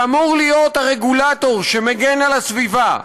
שאמור להיות הרגולטור שמגן על הסביבה,